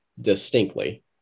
distinctly